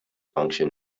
function